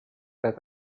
that